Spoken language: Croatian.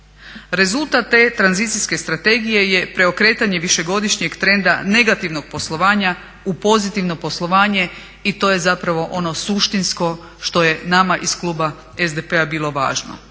Rezultat te tranzicijske strategije je preokretanje višegodišnjeg trenda negativnog poslovanja u pozitivno poslovanje i to je ono suštinsko što je nama iz kluba SDP-a bilo važno.